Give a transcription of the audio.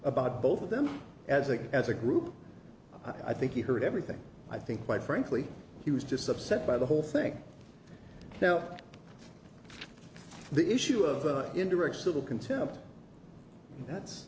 about both of them as a as a group i think you heard everything i think quite frankly he was just upset by the whole thing now the issue of indirect civil contempt that's